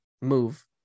move